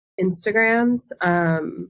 Instagrams